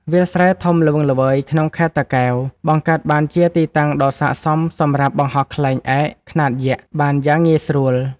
វាលស្រែធំល្វឹងល្វើយក្នុងខេត្តតាកែវ បង្កើតបានជាទីតាំងដ៏ស័ក្តិសមសម្រាប់បង្ហោះខ្លែងឯកខ្នាតយក្សបានយ៉ាងងាយស្រួល។